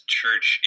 church